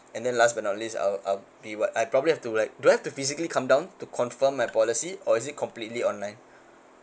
and then last but not least I'll I'll be what I'll probably have to like do I have to physically come down to confirm my policy or is it completely online